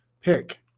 Pick